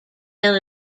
done